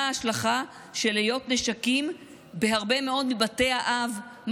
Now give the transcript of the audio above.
מה ההשלכה של היות נשקים בהרבה מאוד מבתי האב,